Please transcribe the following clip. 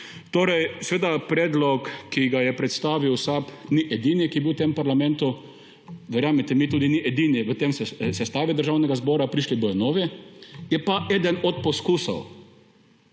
pripravilo. Predlog, ki ga je predstavil SAB, ni edini, ki je bil v tem parlamentu. Verjemite mi, tudi ni edini v tej sestavi Državnega zbora. Prišli bojo novi. Je pa eden od poskusov.